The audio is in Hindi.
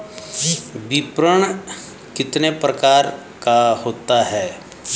विपणन कितने प्रकार का होता है?